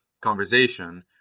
conversation